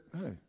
hey